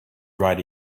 write